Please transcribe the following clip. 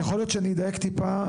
אז יכול להיות שצריך לדייק טיפה,